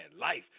life